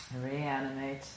Reanimate